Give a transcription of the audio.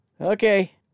Okay